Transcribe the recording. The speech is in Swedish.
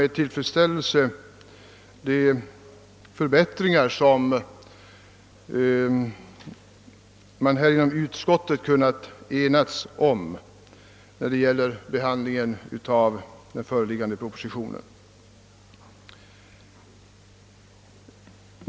De förbättringar man inom utskottet enat sig om vid behandlingen av propositionen kan vi sålunda hälsa med tillfredsställelse.